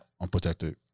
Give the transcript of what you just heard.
unprotected